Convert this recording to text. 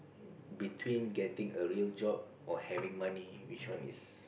between getting a real job or having money which one is